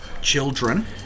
children